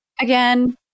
Again